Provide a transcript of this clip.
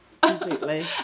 Completely